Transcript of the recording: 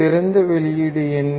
சிறந்த வெளியீடு என்ன